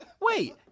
Wait